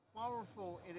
powerful